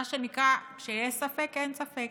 מה שנקרא, כשיש ספק, אין ספק.